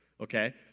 Okay